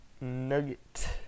Nugget